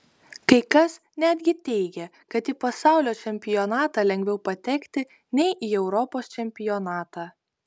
kai kas netgi teigė kad į pasaulio čempionatą lengviau patekti nei į europos čempionatą